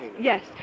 yes